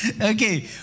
Okay